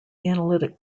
analytic